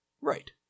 Right